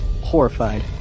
horrified